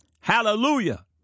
Hallelujah